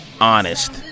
honest